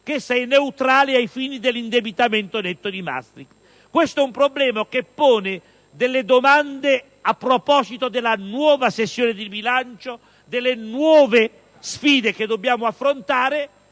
che essa è neutrale ai fini dell'indebitamento netto. Questo è un problema che pone delle domande a proposito della nuova sessione di bilancio e delle nuove sfide che dobbiamo affrontare.